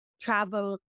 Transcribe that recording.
travel